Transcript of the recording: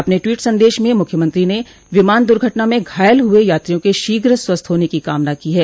अपने ट्वीट संदेश में मुख्यमंत्री ने विमान दुर्घटना में घायल हुये यात्रियों के शीघ्र स्वस्थ होने की कामना की है